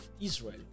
Israel